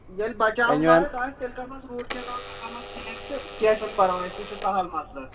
ییٚلہِ بَچاوُن لایق آسہِ تیٚلہِ کَرٕہوس روٗٹ کینال بیٚیہِ کَرٕہوس فِلِنٛگ تہِ کینٛہہ چھُنہٕ پَرواے سُہ چھِ سَہَل مَسلہٕ